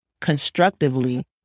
constructively